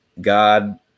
God